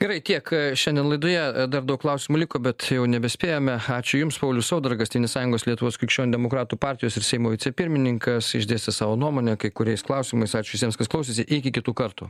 gerai tiek šiandien laidoje dar daug klausimų liko bet jau nebespėjome ačiū jums paulius saudargas tėvynės sąjungos lietuvos krikščionių demokratų partijos ir seimo vicepirmininkas išdėstė savo nuomonę kai kuriais klausimais ačiū visiems kas klausėsi iki kitų kartų